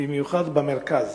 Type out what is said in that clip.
במיוחד במרכז,